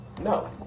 No